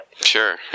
Sure